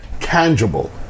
Tangible